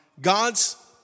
God's